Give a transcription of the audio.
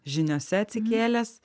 žiniose atsikėlęs